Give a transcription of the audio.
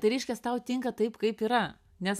tai reiškias tau tinka taip kaip yra nes